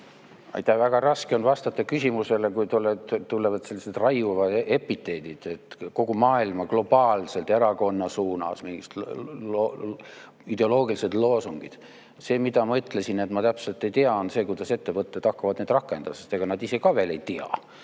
Väga raske on vastata küsimusele, kui tulevad sellised raiuvad epiteedid "kogu maailma", "globaalselt" ja erakonna suunas mingid ideoloogilised loosungid. See, mida ma ütlesin, et ma täpselt ei tea, on see, kuidas ettevõtted hakkavad neid rakendama, sest ega nad ise ka veel ei tea.